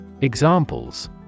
Examples